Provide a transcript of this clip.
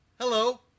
Hello